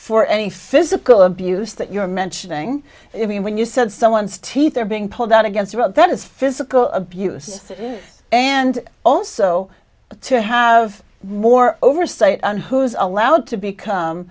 for any physical abuse that you're mentioning it mean when you said someone's teeth are being pulled out against about that is physical abuse and also to have more oversight on who is allowed to become